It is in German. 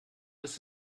ist